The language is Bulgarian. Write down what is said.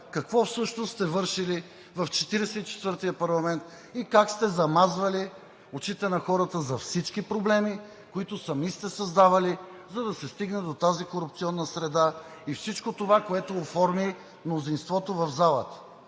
какво всъщност сте вършили в 44-тия парламент и как сте замазвали очите на хората за всички проблеми, които сами сте създавали, за да се стигне до тази корупционна среда и всичко това, което оформи мнозинството в залата.